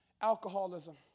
alcoholism